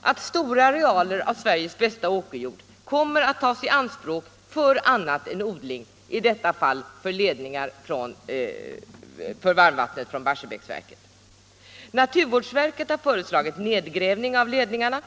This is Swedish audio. att stora arealer av Sveriges bästa åkerjord kommer att tas i anspråk för annat än odling, i detta fall för ledningar för varmvattnet från Barsebäck. Naturvårdsverket har föreslagit nedgrävning av ledningarna.